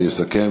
ויסכם